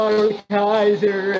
Kaiser